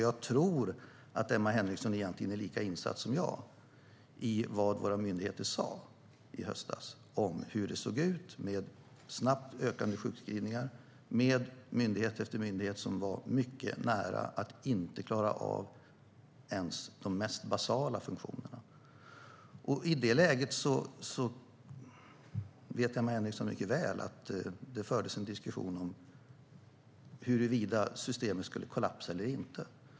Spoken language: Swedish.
Jag tror att Emma Henriksson egentligen är lika insatt som jag i vad våra myndigheter sa om hur det såg ut med snabbt ökande sjukskrivningar och med myndighet efter myndighet som var mycket nära att inte klara av ens de mest basala funktionerna. Emma Henriksson vet mycket väl att det i det läget fördes en diskussion om huruvida systemet skulle kollapsa eller inte.